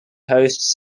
hosts